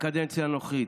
בקדנציה הנוכחית.